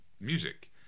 music